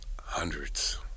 Hundreds